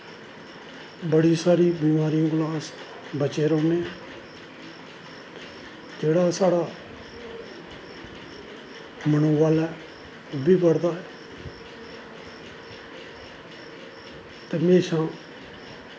बड़ी सारी बमारियें कोला अस बचे रौह्न्ने आं जेह्ड़ा साढ़ा मनोबल ऐ ओह् बी बढ़दा ऐ ते म्हेशां